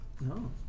No